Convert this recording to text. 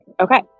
Okay